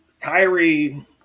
Kyrie